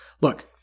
Look